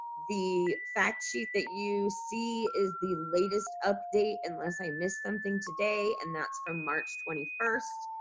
the fact sheet that you see is the latest update unless i missed something today and that's from march twenty first.